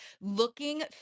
looking